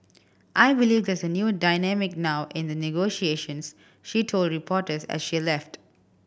I believe there's a new dynamic now in the negotiations she told reporters as she left